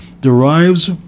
derives